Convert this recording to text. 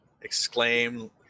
exclaim